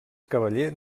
cavaller